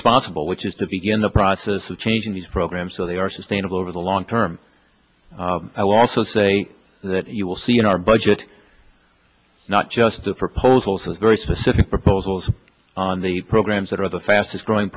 responsible which is to begin the process of changing these programs so they are sustainable over the long term i will also say that you will see in our budget not just the proposals with very specific proposals on the programs that are the fastest growing